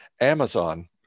Amazon